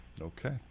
Okay